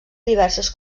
diverses